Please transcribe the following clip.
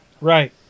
Right